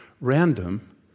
random